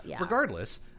Regardless